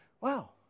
wow